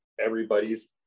everybody's